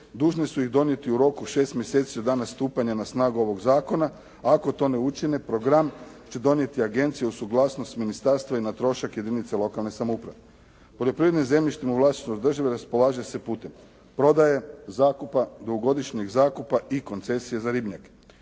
dužne su ih donijeti u roku od 6 mjeseci od dana stupanja na snagu ovog zakona. Ako to ne učine, program će donijeti agencija uz suglasnost ministarstva i na trošak jedinice lokalne samouprave. Poljoprivrednim zemljištima u vlasništvu države raspolaže se putem prodaje, zakupa, dugogodišnjeg zakupa i koncesije za ribnjake.